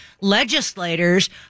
legislators